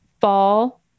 fall